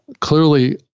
clearly